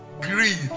greed